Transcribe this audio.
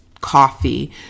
coffee